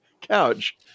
couch